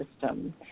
system